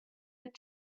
had